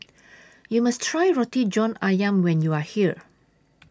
YOU must Try Roti John Ayam when YOU Are here